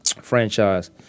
franchise